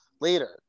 later